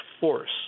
force